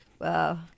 Wow